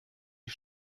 die